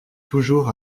toujours